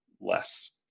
less